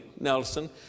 Nelson